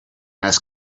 els